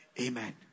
Amen